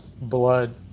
blood